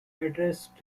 addressed